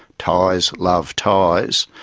thais love thais,